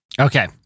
Okay